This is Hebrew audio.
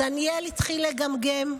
דניאל התחיל לגמגם,